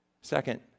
second